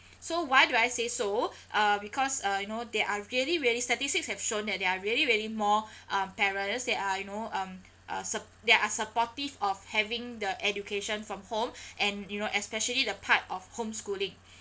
so why do I say so uh because uh you know there are really really statistics have shown that there are really really more uh parents that uh you know um uh sup~ they are supportive of having the education from home and you know especially the part of home schooling